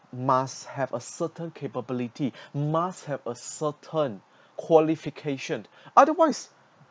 must have a certain capability must have a certain qualifications otherwise